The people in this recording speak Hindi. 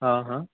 हाँ हाँ